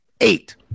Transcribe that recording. Eight